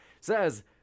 says